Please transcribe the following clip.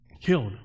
killed